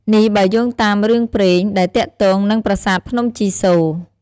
នេះបើយោងតាមរឿងព្រេង ដែលទាក់ទងនឹងប្រាសាទភ្នំជីសូរ្យ។